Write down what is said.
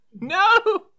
No